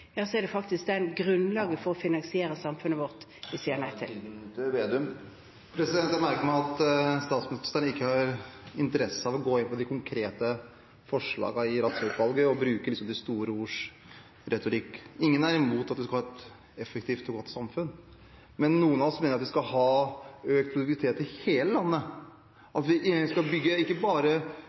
har interesse av å gå inn på de konkrete forslagene i Rattsø-utvalgets rapport og liksom bruker de store ords retorikk. Ingen er imot at vi skal ha et effektivt og godt samfunn, men noen av oss mener at vi skal ha økt produktivitet i hele landet, at vi skal bygge gode miljøer, ikke bare